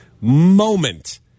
moment